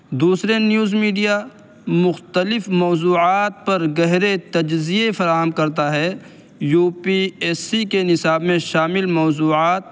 دوسرے news media مختلف موضوعات پر گہرے تجزیے فراہم کرتا ہے یو پی ایس سی کے نصاب میں شامل موضوعات